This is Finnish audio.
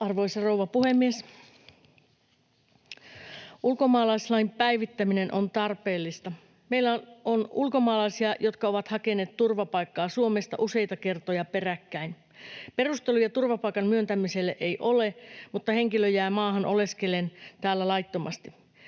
Arvoisa rouva puhemies! Ulkomaalaislain päivittäminen on tarpeellista. Meillä on ulkomaalaisia, jotka ovat hakeneet turvapaikkaa Suomesta useita kertoja peräkkäin. Perusteluja turvapaikan myöntämiselle ei ole, mutta henkilö jää maahan oleskellen täällä laittomasti.